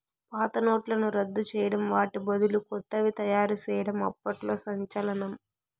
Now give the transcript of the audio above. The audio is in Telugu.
పాత నోట్లను రద్దు చేయడం వాటి బదులు కొత్తవి తయారు చేయడం అప్పట్లో సంచలనం